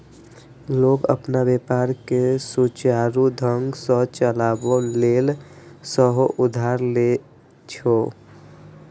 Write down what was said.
लोग अपन व्यापार कें सुचारू ढंग सं चलाबै लेल सेहो उधार लए छै